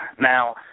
Now